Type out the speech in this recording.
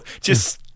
Just-